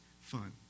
fun